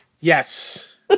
yes